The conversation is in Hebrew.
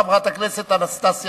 חברת הכנסת אנסטסיה